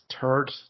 third